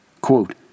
Quote